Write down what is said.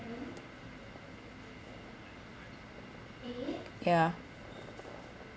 yeah